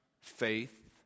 faith